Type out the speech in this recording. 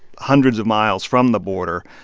hundreds of miles from the border.